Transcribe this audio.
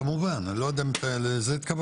אתה מובן אני לא יודע אם לזה התכוונת,